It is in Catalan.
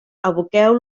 aboqueu